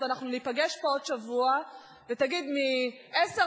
אז אנחנו ניפגש פה עוד שבוע ותגיד: מעשר